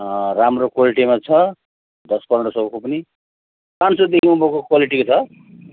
राम्रो क्वालिटीमा छ दस पन्ध्र सौको पनि पाँच सौदेखि उँभोको क्वालिटीको छ